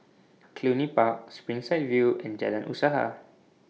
Cluny Park Springside View and Jalan Usaha